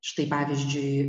štai pavyzdžiui